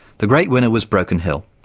the great winner was broken hill,